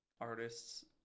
artists